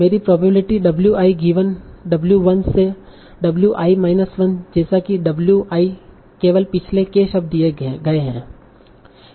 मेरी probability w i given w 1 से w i minus 1 जैसा कि w i केवल पिछले k शब्द दिए हैं